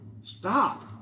Stop